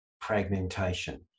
fragmentation